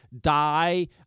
die